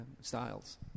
styles